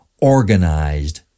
organized